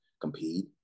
compete